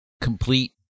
complete